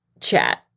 chat